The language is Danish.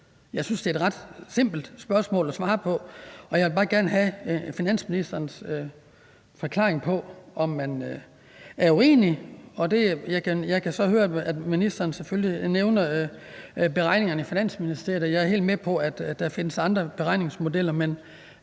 Jeg synes, det er et ret simpelt spørgsmål at svare på, og jeg vil bare gerne have finansministerens forklaring på, om man er uenig. Jeg kan så høre, at ministeren selvfølgelig nævner beregningerne fra Finansministeriet, og jeg er helt med på, at der findes andre beregningsmodeller, men